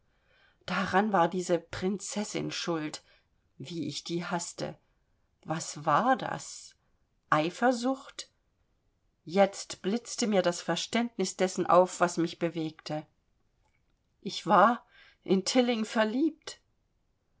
daran war diese prinzessin schuld wie ich die haßte was war das eifersucht jetzt blitzte mir das verständnis dessen auf was mich bewegte ich war in tilling verliebt